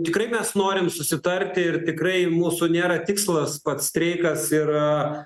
tikrai mes norim susitarti ir tikrai mūsų nėra tikslas pats streikas ir